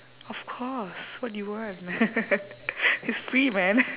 of course what do you want it's free man